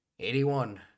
81